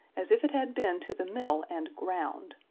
as if it had been to the mill and ground!